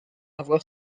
avoir